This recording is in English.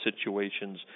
situations